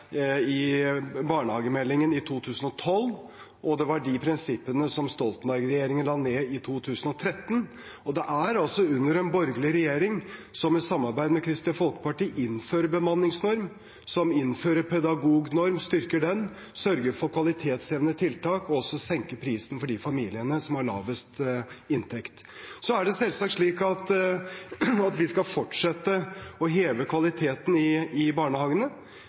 i 2012. Det var de prinsippene Stoltenberg-regjeringen la ned i 2013. Det er en borgerlig regjering som i samarbeid med Kristelig Folkeparti innfører bemanningsnorm, som innfører pedagognorm, som styrker den, som sørger for kvalitetshevende tiltak, og også senker prisen for de familiene som har lavest inntekt. Så er det selvsagt slik at vi skal fortsette å heve kvaliteten i